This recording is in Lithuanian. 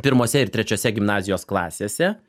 pirmose ir trečiose gimnazijos klasėse